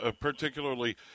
particularly